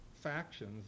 factions